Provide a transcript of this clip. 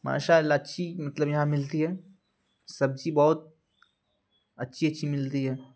ماشاء اللہ اچھی مطلب یہاں ملتی ہے سبزی بہت اچھی اچھی ملتی ہے